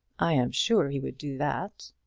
i am sure he would do that.